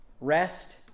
rest